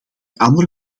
andere